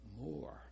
more